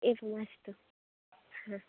एवमस्तु हा